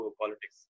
politics